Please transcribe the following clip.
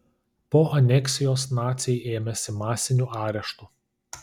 po aneksijos naciai ėmėsi masinių areštų